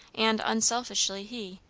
and unselfishly he,